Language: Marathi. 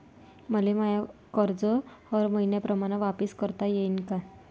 मले माय कर्ज हर मईन्याप्रमाणं वापिस करता येईन का?